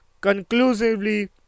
conclusively